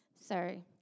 Sorry